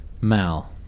Mal